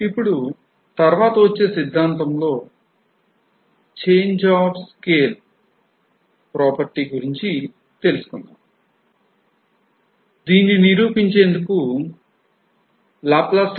ఇప్పుడు తర్వాత వచ్చే సిద్ధాంతం లో ఛేంజ్ ఆఫ్ స్కేల్ ధర్మం గురించి తెలుసుకుందాం